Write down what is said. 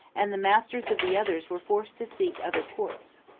and the masters of the others were forced to seek other ports.